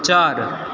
ਚਾਰ